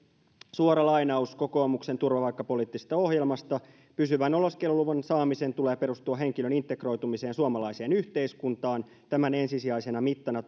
suora lainaus kokoomuksen turvapaikkapoliittisesta ohjelmasta pysyvän oleskeluluvan saamisen tulee perustua henkilön integroitumiseen suomalaiseen yhteiskuntaan tämän ensisijaisena mittana